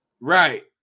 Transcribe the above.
Right